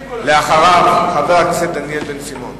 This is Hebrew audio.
זה רוטציה עם ליצמן.